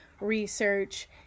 research